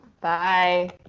bye